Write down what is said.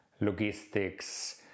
logistics